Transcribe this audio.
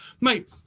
Mate